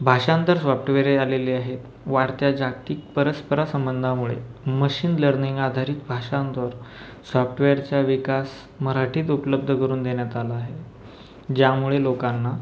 भाषांतर सॉफ्टवेअरही आलेले आहे वाढत्या जागतिक परस्परसंबंधामुळे मशीन लर्निंग आधारित भाषांतर सॉफ्टवेअरच्या विकास मराठीत उपलब्ध करून देण्यात आला आहे ज्यामुळे लोकांना